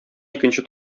икенче